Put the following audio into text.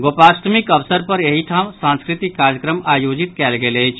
गोपाष्टमीक अवसर पर एहि ठाम सांस्कृतिक कार्यक्रम आयोजित कयल गेल अछि